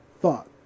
thought